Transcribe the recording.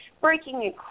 breaking